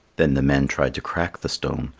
then the men tried to crack the stone,